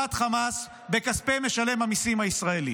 לטובת חמאס בכספי משלם המיסים הישראלי.